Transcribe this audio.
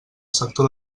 sector